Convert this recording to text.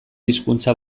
hizkuntza